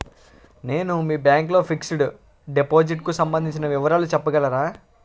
నేను మీ బ్యాంక్ లో ఫిక్సడ్ డెపోసిట్ కు సంబందించిన వివరాలు చెప్పగలరా?